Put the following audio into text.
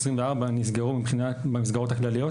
2024 הם נסגרו במסגרות הכלליות,